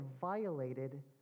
violated